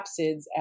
capsids